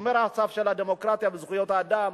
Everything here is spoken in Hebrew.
שומר הסף של הדמוקרטיה וזכויות האדם,